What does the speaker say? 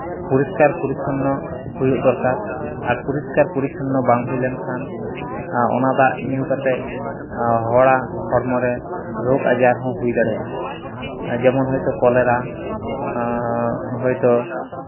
ᱯᱚᱨᱤᱥᱠᱟᱨ ᱯᱚᱨᱤᱪᱷᱚᱱᱱᱚ ᱦᱩᱭᱩᱜ ᱫᱚᱨᱠᱟᱨ ᱟᱨ ᱯᱚᱨᱤᱥᱠᱟᱨ ᱯᱚᱨᱤᱪᱷᱤᱱᱱᱚ ᱵᱟᱝ ᱦᱩᱭ ᱞᱮᱱᱠᱷᱟᱱ ᱚᱱᱟ ᱫᱟᱜ ᱧᱩ ᱠᱟᱛᱮᱫ ᱦᱚᱲᱟᱜ ᱦᱚᱲᱢᱚ ᱨᱮ ᱨᱳᱜᱽ ᱟᱡᱟᱨ ᱦᱚᱸ ᱦᱩᱭ ᱫᱟᱲᱮᱭᱟᱜᱼᱟ ᱡᱮᱢᱚᱱ ᱦᱚᱭᱛᱳ ᱠᱚᱞᱮᱨᱟ ᱦᱚᱭᱛᱳ